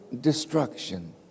destruction